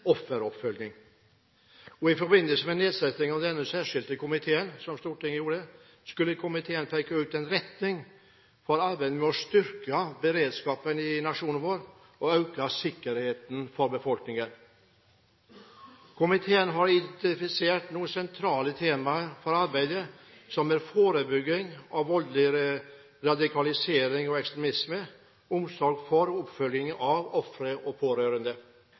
I forbindelse med nedsettingen av denne særskilte komiteen, som Stortinget gjorde, skulle komiteen peke ut en retning for arbeidet med å styrke beredskapen i nasjonen vår og øke sikkerheten for befolkningen. Komiteen har identifisert noen sentrale temaer for arbeidet, som er: forebygging av voldelig radikalisering og ekstremisme, omsorg for – og oppfølging av – ofre og pårørende,